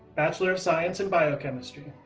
bachelor of science in biochemistry.